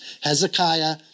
Hezekiah